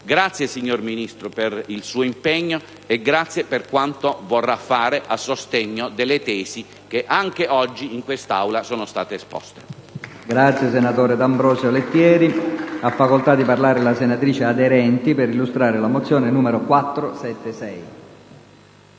Ringrazio il Ministro per il suo impegno e per quanto vorrà fare a sostegno delle tesi che anche oggi in quest'Aula sono state esposte.